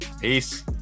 Peace